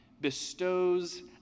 bestows